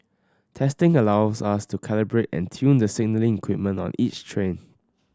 testing allows us to calibrate and tune the signalling equipment on each train